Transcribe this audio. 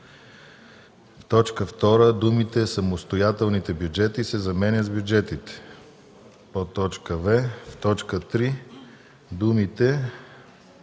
в т. 2 думите „самостоятелните бюджети” се заменят с „бюджетите”;